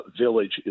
Village